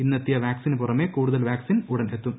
ഇന്നെത്തിയ വാക്സിന് പുറമെ കൂടുതൽ വാക്സിൻ ഉടൻ എത്തും